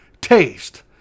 taste